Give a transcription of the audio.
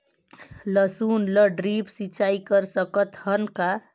लसुन ल ड्रिप सिंचाई कर सकत हन का?